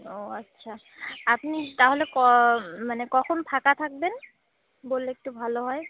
ও আচ্ছা আপনি তাহলে ক মানে কখন ফাঁকা থাকবেন বললে একটু ভালো হয়